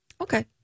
Okay